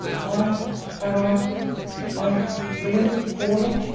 why have i i really fallen?